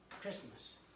Christmas